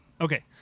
Okay